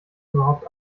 überhaupt